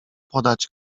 podać